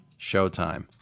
Showtime